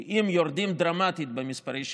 כי אם יורדים דרמטית במספרי השיווקים,